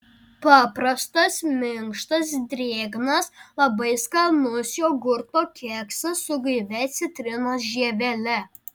paprastas minkštas drėgnas labai skanus jogurto keksas su gaivia citrinos žievele